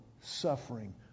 suffering